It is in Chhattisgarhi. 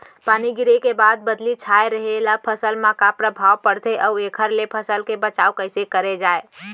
पानी गिरे के बाद बदली छाये रहे ले फसल मा का प्रभाव पड़थे अऊ एखर ले फसल के बचाव कइसे करे जाये?